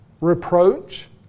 reproach